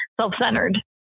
self-centered